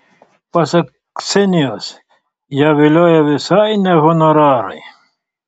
pasak ksenijos ją vilioja visai ne honorarai